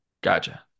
Gotcha